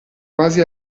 base